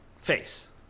face